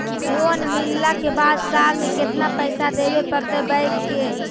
Loan मिलला के बाद साल में केतना पैसा देबे पड़तै बैक के?